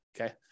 Okay